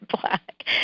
black